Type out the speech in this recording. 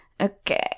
Okay